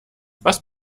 was